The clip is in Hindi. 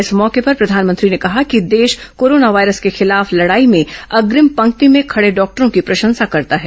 इस मौके पर प्रधानमंत्री ने कहा कि देश कोरोना वायरस के खिलाफ लड़ाई में अग्रिम पंक्ति में खड़े डॉक्टरों की प्रशंसा करता है